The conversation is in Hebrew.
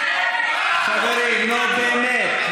חברים, נו, באמת.